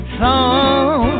song